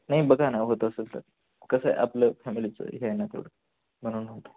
नाही बघा ना होत असेल तर कसं आहे आपलं फॅमिलीचं हे आहे ना सर म्हणून म्हणतो